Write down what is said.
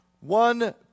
one